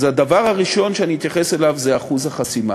אז הדבר הראשון שאני אתייחס אליו הוא אחוז החסימה.